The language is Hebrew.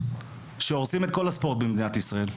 שהורסים את כל הספורט במדינת ישראל.